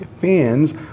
fans